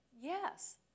yes